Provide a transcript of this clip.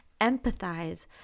empathize